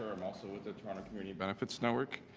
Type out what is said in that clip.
i'm also with the toronto community benefits network.